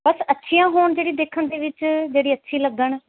ਬਸ ਅੱਛੀਆਂ ਹੋਣ ਜਿਹੜੀ ਦੇਖਣ ਦੇ ਵਿੱਚ ਜਿਹੜੀ ਅੱਛੀ ਲੱਗਣ